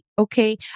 Okay